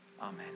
Amen